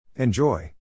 Enjoy